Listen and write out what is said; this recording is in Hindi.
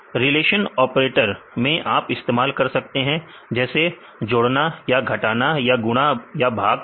रिलेशन ऑपरेटर में आप इस्तेमाल कर सकते हैं जैसे जोड़ना या घटाना या गुना भाग करना